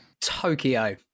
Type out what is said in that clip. tokyo